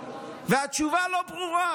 והתשובה לא ברורה